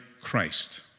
Christ